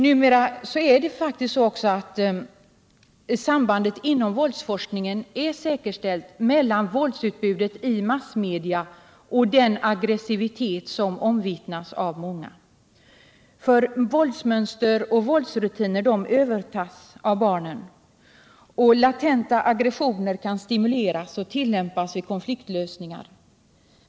Numera har också våldsforskningen säkerställt sambandet mellan våldsutbudet i massmedia och den aggressivitet som omvittnas av många. Våldsmönster och våldsrutiner övertas av barnen. Latenta aggressioner kan stimuleras och tillämpas vid konfliktlösningar.